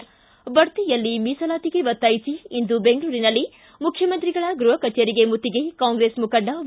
ಿ ಬಡ್ತಿಯಲ್ಲಿ ಮೀಸಲಾತಿಗೆ ಒತ್ತಾಯಿಸಿ ಇಂದು ಬೆಂಗಳೂರಿನಲ್ಲಿ ಮಖ್ಯಮಂತ್ರಿಗಳ ಗೃಹ ಕಚೇರಿಗೆ ಮುತ್ತಿಗೆ ಕಾಂಗ್ರೆಸ್ ಮುಖಂಡ ವಿ